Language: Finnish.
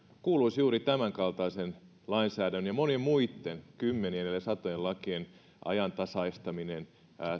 kuuluisivat juuri tämänkaltaisen lainsäädännön ja monien muitten kymmenien ellei satojen lakien ajantasaistaminen